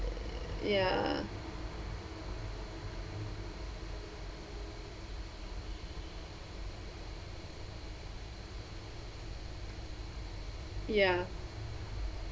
ya ya